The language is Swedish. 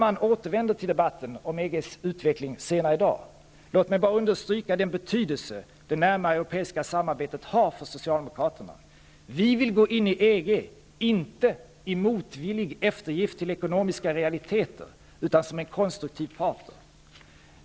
Kammaren återvänder till debatten om EG:s utveckling senare i dag, men låt mig understryka den betydelse det närmare europeiska samarbetet har för socialdemokraterna. Vi vill gå in i EG inte i motvillig eftergift till ekonomiska realiteter utan som en konstruktiv partner.